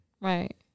right